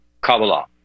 Kabbalah